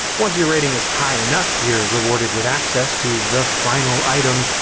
once your rating is high enough, you're rewarded with access to the final item,